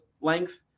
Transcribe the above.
length